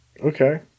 Okay